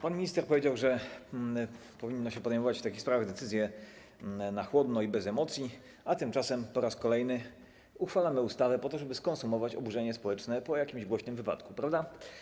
Pan minister powiedział, że powinno podejmować się w takich sprawach decyzje na chłodno i bez emocji, a tymczasem po raz kolejny uchwalamy ustawę po to, żeby skonsumować oburzenie społeczne po jakimś głośnym wypadku, prawda?